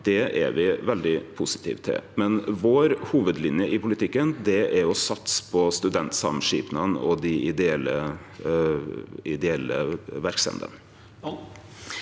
Det er me veldig positive til, men vår hovudlinje i politikken er å satse på studentsamskipnadene og dei ideelle verksemdene.